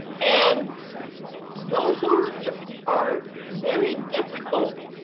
and those are are very difficult